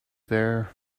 there